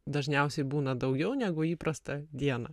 dažniausiai būna daugiau negu įprastą dieną